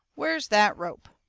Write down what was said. where's that rope?